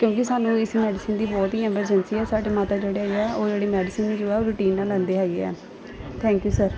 ਕਿਉਂਕਿ ਸਾਨੂੰ ਇਸ ਮੈਡੀਸਨ ਦੀ ਬਹੁਤ ਹੀ ਐਮਰਜੰਸੀ ਹੈ ਸਾਡੇ ਮਾਤਾ ਜਿਹੜੇ ਹੈਗੇ ਆ ਉਹ ਜਿਹੜੀ ਮੈਡੀਸਨ ਜੋ ਹੈ ਰੂਟੀਨ ਨਾਲ ਲੈਂਦੇ ਹੈਗੇ ਆ ਥੈਂਕ ਯੂ ਸਰ